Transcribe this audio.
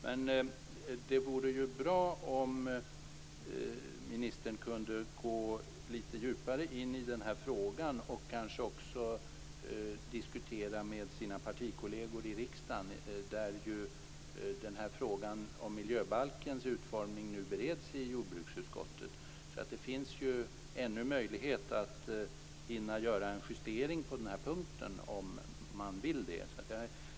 Men det vore ju bra om ministern kunde gå litet djupare in i den här frågan och kanske också diskutera med sina partikolleger i riksdagen. Frågan om miljöbalkens utformning bereds ju nu i jordbruksutskottet. Det finns ju ännu möjlighet att hinna göra en justering på den här punkten om man vill det.